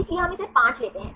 इसलिए हम इसे 5 लेते हैं